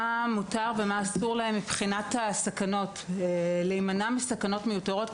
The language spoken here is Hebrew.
מה מותר ומה אסור להם מבחינת הסכנות וכיצד להימנע מסכנות מיותרות,